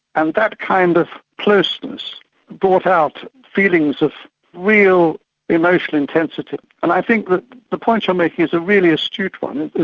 and that kind of closeness brought out feelings of real emotional intensity and i think the point you're making is a really astute one,